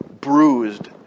bruised